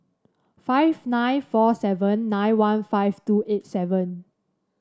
five nine four seven nine one five two eight seven